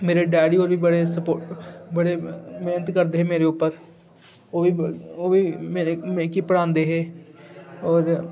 मेरे डैडी होर बी बड़े स्पो बड़ी मेह्नत करदे हे मेरे उप्पर ओह् बी ओह् बी मेरे मिगी पढ़ांदे हे और